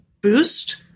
boost